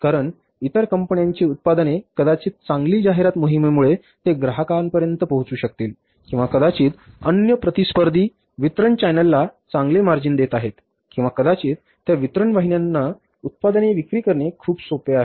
कारण इतर कंपन्यांची उत्पादने कदाचित चांगली जाहिरात मोहिमेमुळे ते ग्राहकांपर्यंत पोहोचू शकतील किंवा कदाचित अन्य प्रतिस्पर्धी वितरण चॅनेलला चांगले मार्जिन देत आहेत किंवा कदाचित त्या वितरण वाहिन्यांना उत्पादने विक्री करणे खूप सोपे आहे